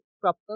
proper